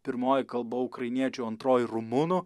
pirmoji kalba ukrainiečių o antroji rumunų